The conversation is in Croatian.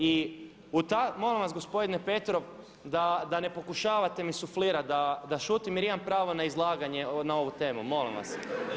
I molim vas gospodine Petrov da ne pokušavate mi suflirati da šutim jer imam pravo na izlaganje na ovu temu, molim vas.